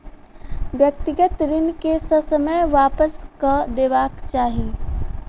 व्यक्तिगत ऋण के ससमय वापस कअ देबाक चाही